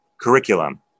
curriculum